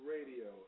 Radio